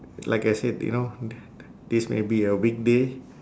like I said you know th~ th~ this may be a weekday